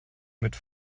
mit